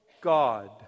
God